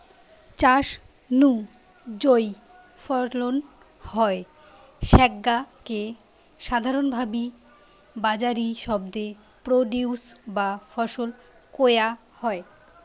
চাষ নু যৌ ফলন হয় স্যাগা কে সাধারণভাবি বাজারি শব্দে প্রোডিউস বা ফসল কয়া হয়